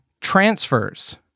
transfers